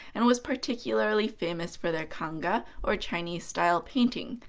and was particularly famous for their kanga, or chinese style, painting.